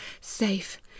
Safe